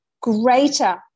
greater